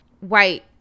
white